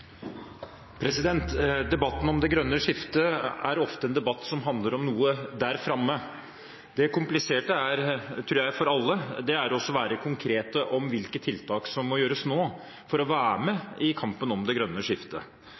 ofte en debatt som handler om noe der framme. Det kompliserte, tror jeg for alle, er å være konkret om hvilke tiltak som må gjøres nå for å være med i kampen om det grønne skiftet.